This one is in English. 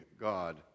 God